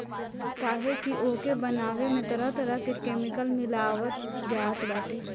काहे की ओके बनावे में तरह तरह के केमिकल मिलावल जात बाटे